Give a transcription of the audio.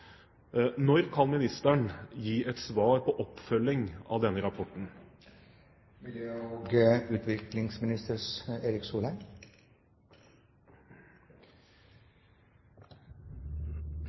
Når kan statsråden gi et svar på oppfølging av denne rapporten?»